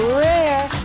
rare